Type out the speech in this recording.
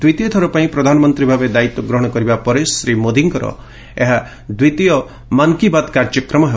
ଦ୍ୱିତୀୟଥର ପାଇଁ ପ୍ରଧାନମନ୍ତ୍ରୀ ଭାବେ ଦାୟିତ୍ୱ ଗ୍ରହଣ କରିବା ପରେ ଶ୍ରୀ ମୋଦୀଙ୍କର ଏହା ଦ୍ୱିତୀୟ ମନ୍ କି ବାତ୍ କାର୍ଯ୍ୟକ୍ରମ ହେବ